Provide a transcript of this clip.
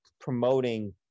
promoting